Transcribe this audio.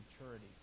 maturity